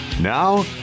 Now